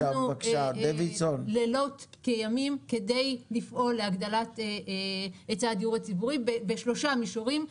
עבדנו לילות כימים כדי לפעול להגדלת היצע הדיור הציבורי בשלושה מישורים,